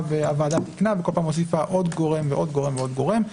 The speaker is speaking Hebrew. ותיקנה וכל פעם הוסיפה עוד גורם ועוד גורם.